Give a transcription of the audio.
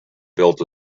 built